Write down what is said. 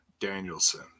Danielson